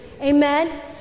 Amen